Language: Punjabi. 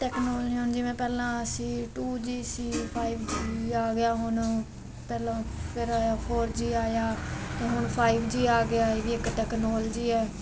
ਤੈਕਨੋਲਜੀ ਹੁਣ ਜਿਵੇਂ ਪਹਿਲਾਂ ਅਸੀਂ ਟੂ ਜੀ ਸੀ ਫਾਇਵ ਜੀ ਆ ਗਿਆ ਹੁਣ ਪਹਿਲਾਂ ਫਿਰ ਆਇਆ ਫੌਰ ਜੀ ਆਇਆ ਅਤੇ ਹੁਣ ਫਾਇਵ ਜੀ ਆ ਗਿਆ ਇਹ ਵੀ ਇੱਕ ਟੈਕਨੋਲਜੀ ਹੈ